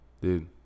Dude